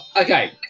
Okay